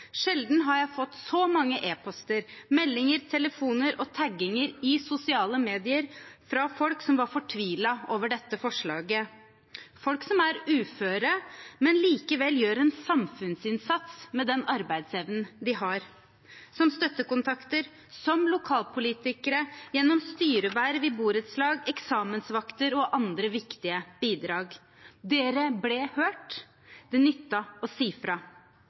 Sjelden har jeg fått så mange e-poster, meldinger, telefoner og tagginger i sosiale medier fra folk som var fortvilt over dette forslaget – folk som er uføre, men likevel gjør en samfunnsinnsats med den arbeidsevnen de har, som støttekontakter, som lokalpolitikere, gjennom styreverv i borettslag, som eksamensvakter og med andre viktige bidrag. Dere ble hørt. Det